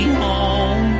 home